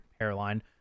hairline